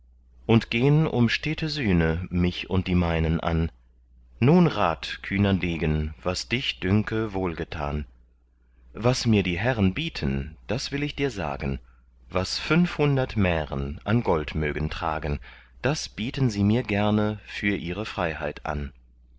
und gehn um stete sühne mich und die meinen an nun rat kühner degen was dich dünke wohlgetan was mir die herren bieten das will ich dir sagen was fünfhundert mähren an gold mögen tragen das bieten sie mir gerne für ihre freiheit an